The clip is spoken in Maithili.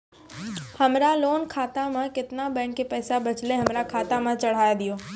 हमरा लोन खाता मे केतना बैंक के पैसा बचलै हमरा खाता मे चढ़ाय दिहो?